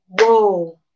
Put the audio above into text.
whoa